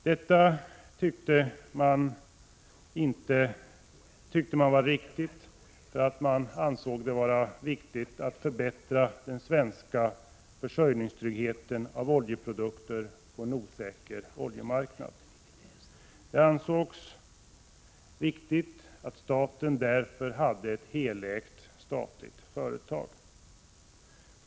Det tyckte man var riktigt eftersom man ansåg att det var viktigt att förbättra den svenska försörjningstryggheten i fråga om oljeprodukter på en osäker oljemarknad. Det ansågs viktigt att staten hade ett helägt statligt företag.